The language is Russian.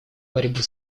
борьбу